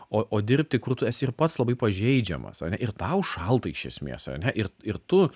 o o dirbti kur tu esi ir pats labai pažeidžiamas ane ir tau šalta iš esmės ane ir ir tu